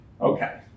Okay